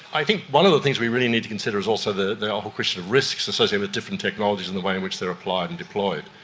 i think one of the things we really need to consider is also the the question of risks associated with different technologies and the way in which they are applied and deployed.